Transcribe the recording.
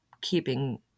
keeping